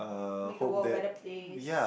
make the world a better place